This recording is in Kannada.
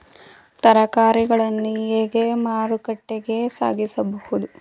ತರಕಾರಿಗಳನ್ನು ಹೇಗೆ ಮಾರುಕಟ್ಟೆಗೆ ಸಾಗಿಸಬಹುದು?